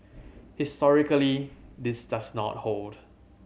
historically this does not hold